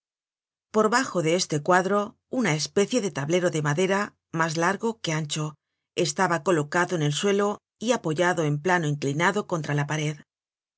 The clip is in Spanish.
por bajo de este cuadro una especie lie tablero de madera mas largo que ancho estaba colocado en el suelo y apoyado en plano inclinado contra la pared